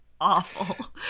awful